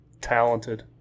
talented